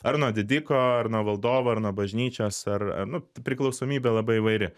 ar nuo didiko ar nuo valdovo ar nuo bažnyčios ar nu priklausomybė labai įvairi